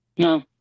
No